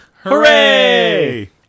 Hooray